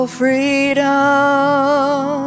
freedom